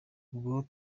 ubwo